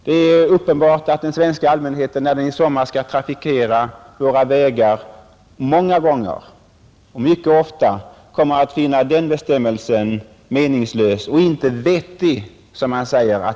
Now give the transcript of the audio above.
Det är uppenbart att den svenska allmänheten när den i sommar skall trafikera våra vägar många gånger och mycket ofta kommer att finna den bestämmelsen meningslös och föga vettig.